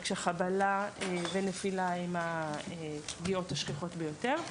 כשחבלה ונפילה הן הפגיעות השכיחות ביותר.